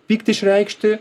pyktį išreikšti